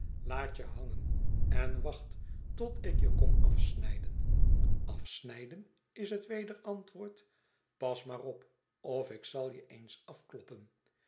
laat je hangen en wacht tot ik jekom afsnijden afsnijden is het wederantwoord pas maar op of ik zal je eens afklopnen